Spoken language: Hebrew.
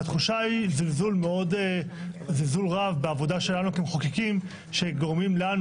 התחושה היא שיש זלזול בעבודתנו כמחוקקים שגורמים לנו